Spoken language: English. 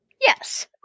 Yes